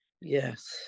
Yes